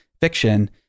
fiction